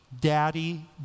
Daddy